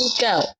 Go